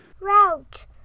Route